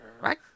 Right